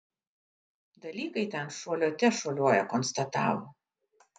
dalykai ten šuoliuote šuoliuoja konstatavo